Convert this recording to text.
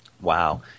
Wow